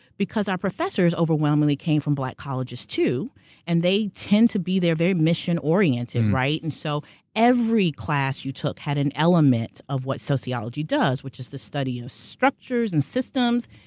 because our professors overwhelmingly came from black colleges too and they tend to be, they're very mission oriented, oriented, right? and so every class you took had an element of what sociology does, which is the study of structures and systems,